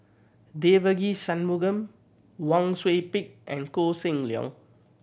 Devagi Sanmugam Wang Sui Pick and Koh Seng Leong